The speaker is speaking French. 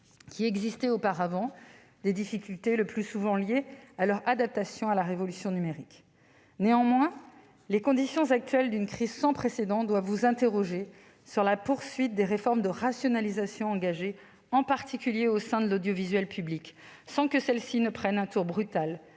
qui existaient auparavant, des difficultés le plus souvent liées à leur adaptation à la révolution numérique. Néanmoins, les conditions actuelles d'une crise sans précédent doivent vous interroger sur la poursuite des réformes de rationalisation engagées, en particulier au sein de l'audiovisuel public. Celles-ci ne doivent pas prendre un tour brutal,